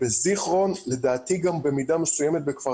בזיכרון ולדעתי גם במידה מסוימת בכפר